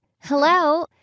Hello